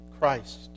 Christ